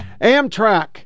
Amtrak